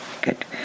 Good